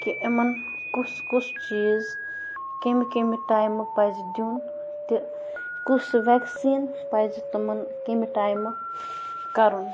کہِ یِمَن کُس کُس چیٖز کَمہِ کَمہِ ٹایِمہٕ پَزِ دیُن تہِ کُس وٮ۪کسیٖن پَزِ تِمَن کَمہِ ٹایمہٕ کَرُن